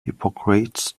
hippocrates